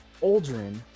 aldrin